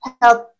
help